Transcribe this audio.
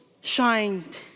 shined